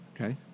Okay